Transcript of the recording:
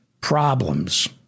problems